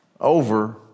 over